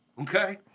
okay